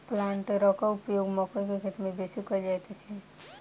प्लांटरक उपयोग मकइ के खेती मे बेसी कयल जाइत छै